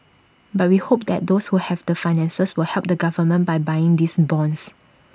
but we hope that those who have the finances will help the government by buying these bonds